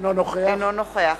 אינו נוכח